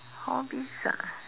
all this ah